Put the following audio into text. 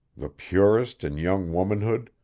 the purest in young womanhood,